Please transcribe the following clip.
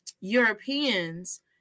Europeans